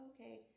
okay